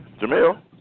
Jamil